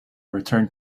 return